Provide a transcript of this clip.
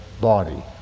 body